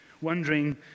wondering